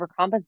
overcompensate